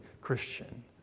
Christian